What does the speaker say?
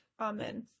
Amen